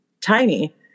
tiny